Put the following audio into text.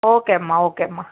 ఓకేమ్మా ఓకేమ్మా